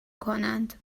کنند